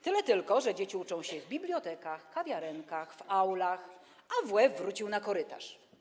Tyle tylko że dzieci uczą się w bibliotekach, kawiarenkach, aulach, a WF wrócił na korytarz.